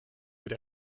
wird